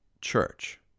church